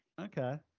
Okay